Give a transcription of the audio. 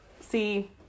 See